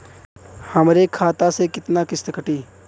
हमरे खाता से कितना किस्त कटी?